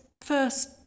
first